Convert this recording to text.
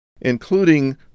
including